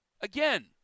Again